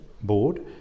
board